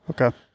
Okay